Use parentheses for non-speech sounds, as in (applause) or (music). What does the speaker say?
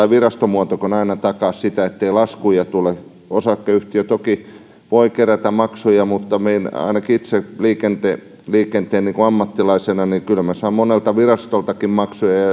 (unintelligible) virastomuotokaan aina takaa sitä ettei laskuja tule osakeyhtiö toki voi kerätä maksuja mutta ainakin itse liikenteen liikenteen ammattilaisena kyllä minä saan monelta virastoltakin maksuja ja